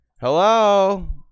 Hello